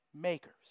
makers